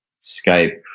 Skype